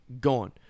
gone